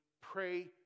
pray